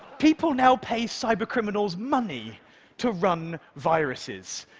people now pay cybercriminals money to run viruses,